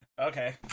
Okay